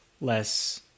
less